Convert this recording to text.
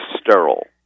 sterile